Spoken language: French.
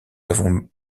avons